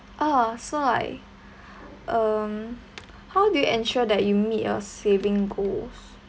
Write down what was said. oh so like um how do you ensure that you meet your saving goals